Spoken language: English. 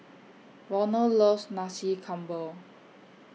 Ronald loves Nasi Campur